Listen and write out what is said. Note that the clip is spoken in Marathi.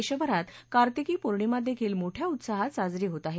देशभरात कार्तिकी पौर्णिमा देखील मोठ्या उत्साहात साजरी होत आहे